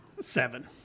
Seven